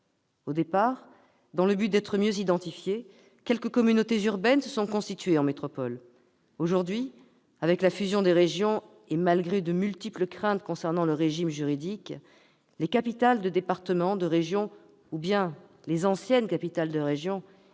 Au départ, afin d'être mieux identifiées, quelques communautés urbaines se sont constituées en métropole. Aujourd'hui, avec la fusion des régions et malgré de multiples craintes concernant le régime juridique, les capitales de département, de région ou d'ancienne région